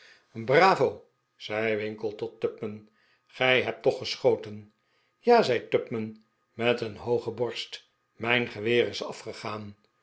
bravo zei winkle tot tupman gij hebt toch geschoten ja zei tupman met een hooge borst mijn geweer is afgegaan